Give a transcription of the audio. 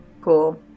Cool